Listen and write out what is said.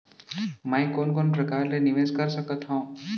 मैं कोन कोन प्रकार ले निवेश कर सकत हओं?